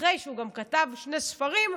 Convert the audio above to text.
אחרי שהוא גם כתב שני ספרים,